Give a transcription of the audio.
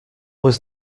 was